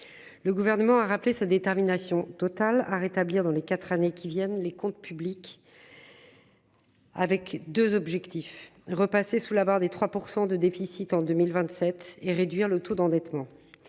Le gouvernement a rappelé sa détermination totale à rétablir dans les 4 années qui viennent. Les comptes publics. Avec 2 objectifs repassé sous la barre des 3% de déficit en 2027 et réduire le taux d'endettement.